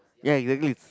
ya exactly